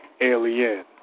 Alien